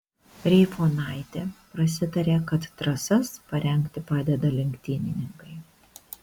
reifonaitė prasitarė kad trasas parengti padeda lenktynininkai